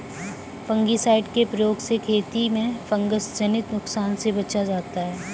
fungicide के प्रयोग से खेती में फँगसजनित नुकसान से बचा जाता है